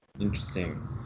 Interesting